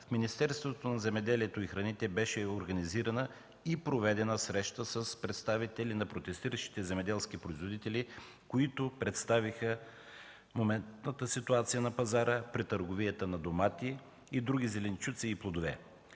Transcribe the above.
в Министерството на земеделието и храните беше организирана и проведена среща с представители на протестиращите земеделски производители, които представиха моментната ситуация на пазара при търговията на домати и други зеленчуци и плодове.